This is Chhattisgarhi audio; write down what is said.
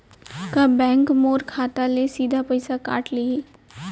का बैंक मोर खाता ले सीधा पइसा काट लिही?